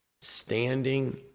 standing